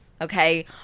Okay